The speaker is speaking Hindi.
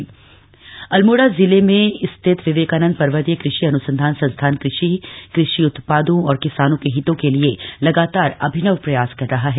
सोलर डायर अल्मोड़ा जिले स्थित विवेकानंद पर्वतीय कृषि अनुसंधान संस्थान कृषि कृषि उत्पादों और किसानों के हितों के लिए लगातार अभिनव प्रयास कर है